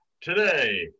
today